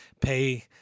pay